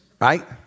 right